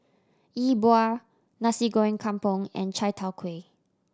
Yi Bua Nasi Goreng Kampung and chai tow kway